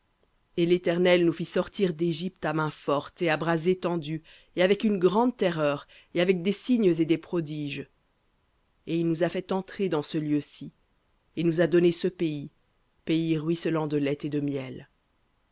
et l'éternel nous fit sortir d'égypte à main forte et à bras étendu et avec une grande terreur et avec des signes et des prodiges et il nous a fait entrer dans ce lieu-ci et nous a donné ce pays pays ruisselant de lait et de miel